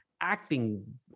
acting